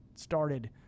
started